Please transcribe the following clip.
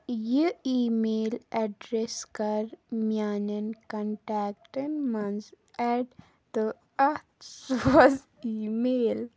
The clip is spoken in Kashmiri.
یہِ ای میل اٮ۪ڈرٮ۪س کَر میٛانٮ۪ن کنٹیکٹَن منٛز اٮ۪ڈ تہٕ اَتھ سوز ای میل